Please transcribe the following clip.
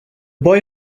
boy